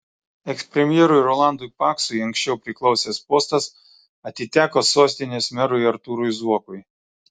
ekspremjerui rolandui paksui anksčiau priklausęs postas atiteko sostinės merui artūrui zuokui